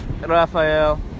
Rafael